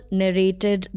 narrated